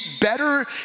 better